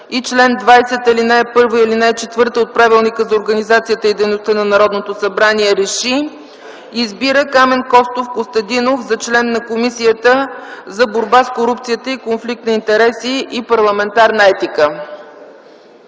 и чл. 20, ал. 1 и ал. 4 от Правилника за организацията и дейността на Народното събрание РЕШИ: Избира Камен Костов Костадинов за член на Комисията за борба с корупцията и конфликт на интереси и парламентарна етика.”